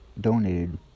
donated